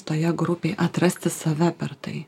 toje grupėj atrasti save per tai